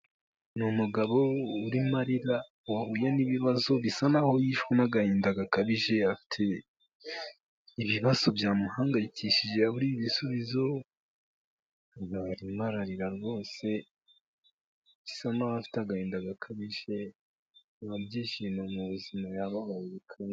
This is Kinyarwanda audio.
Ni umugabo urimo arira wahuye n'ibibazo bisa naho yishwe n'agahinda gakabije, afite ibibazo byamuhangayikishije yaburiye ibisubizo, umugabo arimo ararira rwose bisa naho afite agahinda gakabije, nta byishimo mu buzima yababaye bikabije.